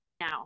now